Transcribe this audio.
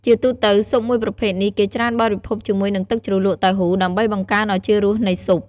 ជាទូទៅស៊ុបមួយប្រភេទនេះគេច្រើនបរិភោគជាមួយនឹងទឹកជ្រលក់តៅហ៊ូដើម្បីបង្កើនឱជារសនៃស៊ុប។